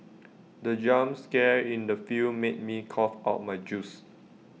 the jump scare in the film made me cough out my juice